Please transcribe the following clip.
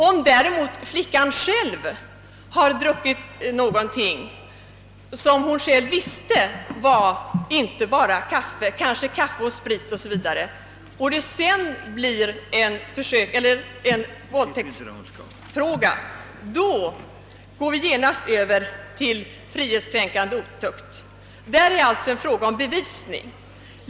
Om däremot flickan har druckit någonting som hon själv visste inte var bara kaffe — kanske kaffe och sprit — och det sedan blir en våldtäktsfråga, så går det genast över till frihetskränkande otukt. Där är det alltså fråga om bevisning.